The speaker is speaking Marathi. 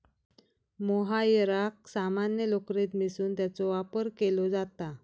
मोहायराक सामान्य लोकरीत मिसळून त्याचो वापर केलो जाता